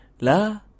la